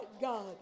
God